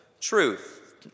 truth